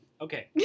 okay